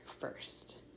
first